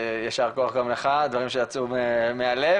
יישר כוח גם לך הדברים שיצאו מהלב,